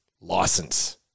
license